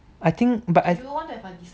I think but